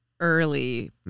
Early